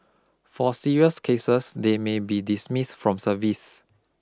for serious cases they may be dismissed from service